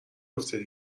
افته